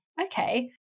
okay